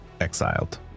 Exiled